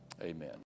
Amen